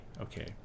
okay